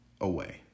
away